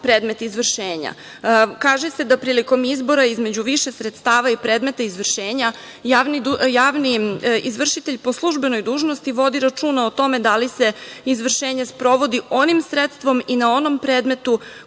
predmet izvršenja. Kaže se da prilikom izbora između više sredstava i predmeta izvršenja javni izvršitelj po službenoj dužnosti vodi računa o tome da li se izvršenje sprovodi onim sredstvom i na onom predmetu